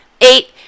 eight